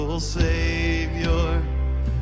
Savior